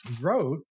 wrote